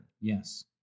Yes